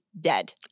dead